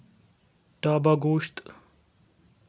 تاباگوشت